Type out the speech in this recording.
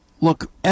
Look